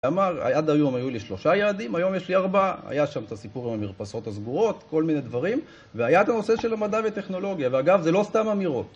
אמר, עד היום היו לי שלושה ילדים, היום יש לי ארבעה היה שם את הסיפור עם המרפסות הסגורות, כל מיני דברים והיה את הנושא של המדע וטכנולוגיה, ואגב זה לא סתם אמירות